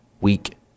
week